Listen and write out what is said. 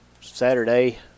Saturday